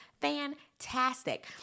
fantastic